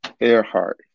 Earhart